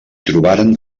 trobaren